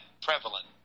prevalent